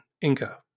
Inca